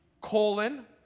colon